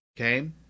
okay